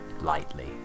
lightly